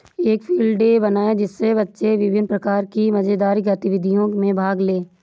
एक field day बनाएं जिसमें बच्चे विभिन्न प्रकार की मजेदार गतिविधियों में भाग लें